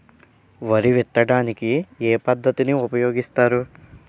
వరి విత్తడానికి ఏ పద్ధతిని ఉపయోగిస్తారు?